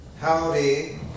Howdy